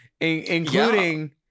Including